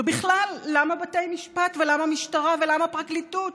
ובכלל, למה בתי משפט ולמה משטרה ולמה פרקליטות?